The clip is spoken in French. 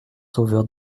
sauveur